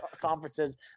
conferences